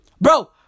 Bro